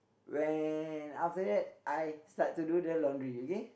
when after that I start to do the laundry okay